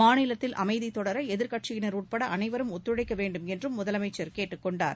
மாநிலத்தில் அமைதி தொடர எதிர்க்கட்சியினர் உட்பட அனைவரும் ஒத்துழைக்க வேண்டும் என்றும் முதலமைச்சர் கேட்டுக் கொண்டார்